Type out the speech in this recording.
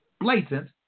blatant